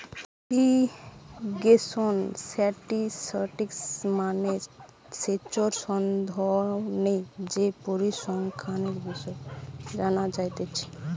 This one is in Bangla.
ইরিগেশন স্ট্যাটিসটিক্স মানে সেচের সম্বন্ধে যে পরিসংখ্যানের বিষয় জানা যাতিছে